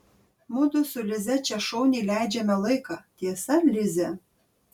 mudu su lize čia šauniai leidžiame laiką tiesa lize